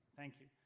thank you.